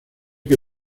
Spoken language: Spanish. que